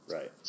Right